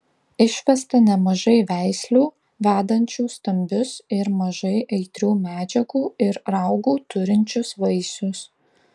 išvesta nemažai veislių vedančių stambius ir mažai aitrių medžiagų ir raugų turinčius vaisius